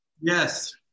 yes